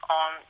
on